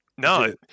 No